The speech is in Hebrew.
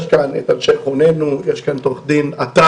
יש כאן את אנשי חוננו, יש כאן את עורך הדין עטרי,